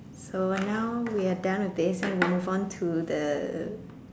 so now we are done with the assign we move on to the